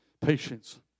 patience